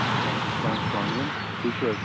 وعلیکُم السلام السلامُ علیکُم ٹھیٖک چھُو حظ